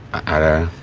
i